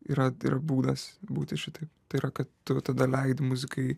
yra ir būdas būti šitaip tai yra kad tu tada leidi muzikai